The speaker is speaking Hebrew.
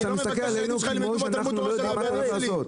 אתה מסתכל עלינו כמו שאנחנו לא יודעים מה אתה הולך לעשות.